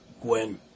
Gwen